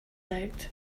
out